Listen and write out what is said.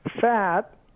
fat